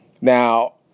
now